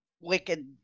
wicked